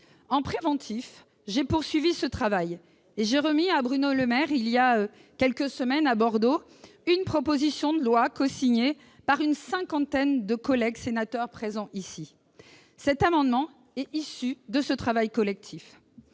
préventif, j'ai poursuivi ce travail et j'ai remis à Bruno Le Maire, voilà quelques semaines à Bordeaux, une proposition de loi cosignée par une cinquantaine de collègues sénateurs. Le présent amendement est issu de ce travail collectif.